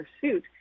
pursuit